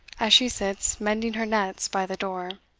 as she sits mending her nets by the door.